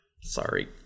sorry